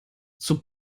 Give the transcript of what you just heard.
zur